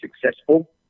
successful